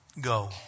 go